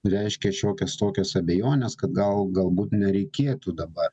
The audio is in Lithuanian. reiškė šiokias tokias abejones kad gal galbūt nereikėtų dabar